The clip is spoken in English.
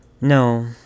No